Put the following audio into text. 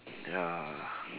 ya